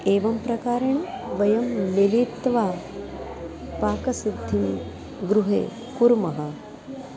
एवं प्रकारेण वयं मिलित्वा पाकसिद्धिं गृहे कुर्मः